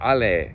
Ale